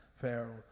Pharaoh